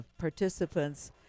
participants